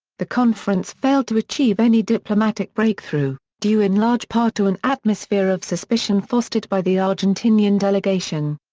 the conference failed to achieve any diplomatic breakthrough, due in large part to an atmosphere of suspicion fostered by the argentinian delegation.